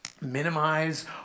minimize